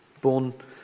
Born